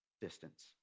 distance